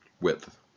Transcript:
Width